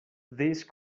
these